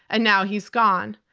and now he's gone.